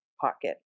pocket